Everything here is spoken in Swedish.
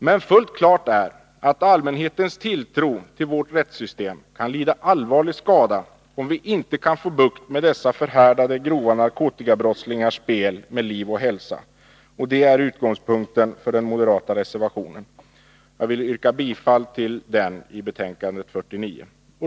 Men fullt klart är att allmänhetens tilltro till vårt rättssystem kan lida allvarlig skada, om vi inte kan få bukt med dessa förhärdade grova narkotikabrottslingars spel med liv och hälsa. Detta är utgångspunkten för den moderata reservationen. Jag yrkar bifall till den moderata reservationen i justitieutskottets betänkande nr 49.